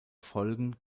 folgen